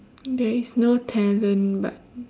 there is no talent but